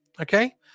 Okay